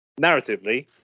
narratively